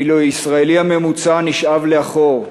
ואילו הישראלי הממוצע נשאב לאחור,